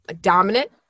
dominant